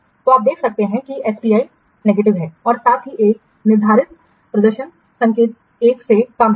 तो यहाँ आप देख सकते हैं कि SPI नकारात्मक है और साथ ही एक निर्धारित प्रदर्शन संकेतक 1 से कम है